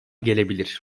gelebilir